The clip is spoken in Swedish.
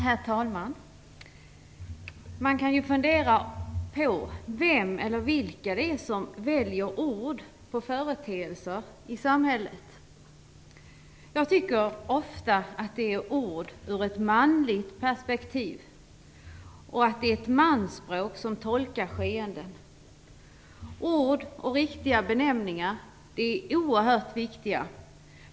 Herr talman! Man kan fundera på vem eller vilka det är som väljer ord på företeelser i samhället. Jag tycker ofta att det är ord ur ett manligt perspektiv och att det är ett mansspråk som tolkar skeendena. Ord och riktiga benämningar är oerhört viktiga.